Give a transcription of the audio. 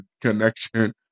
connection